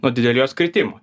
nuo didelio jos kritimo